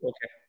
Okay